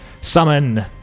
summon